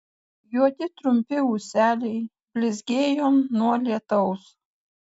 juodi trumpi ūseliai blizgėjo nuo lietaus